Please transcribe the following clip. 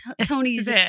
Tony's